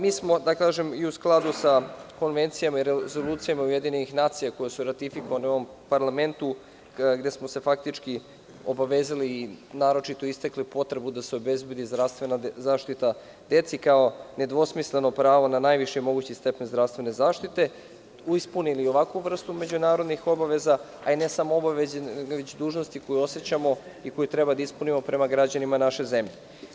Mi smo, da kažem, i u skladu sa konvencijama i rezolucijama UN koje su ratifikovane u ovom parlamentu, gde smo se faktički obavezali, naročito istakli potrebu da se obezbedi zdravstvena zaštita deci, kao nedvosmisleno pravo na najviši mogući stepen zdravstvene zaštite, ispunili ovakvu vrstu međunarodnih obaveza, a ne samo obaveza, već i dužnosti koju osećamo i koju treba da ispunimo prema građanima naše zemlje.